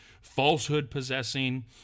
falsehood-possessing